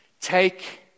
Take